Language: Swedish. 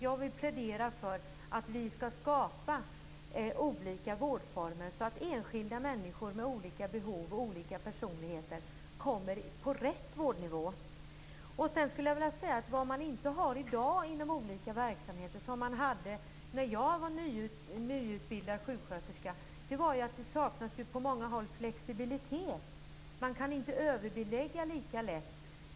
Jag vill plädera för att vi skall skapa olika vårdformer så att enskilda människor med olika behov och olika personligheter kommer på rätt vårdnivå. Vad som saknas på många håll inom olika verksamheter i dag, men som fanns när jag var nyutbildad sjuksköterska, är flexibilitet. Man kan inte överbelägga lika lätt.